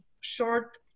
short